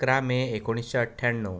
अकरा मे एकुणीशें अठ्ठ्याणव